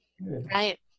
Right